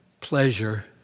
pleasure